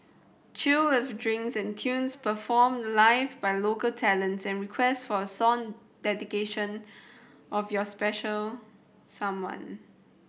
chill with drinks and tunes performed live by local talents and request for a song dedication of your special someone